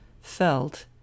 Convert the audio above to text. felt